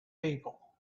people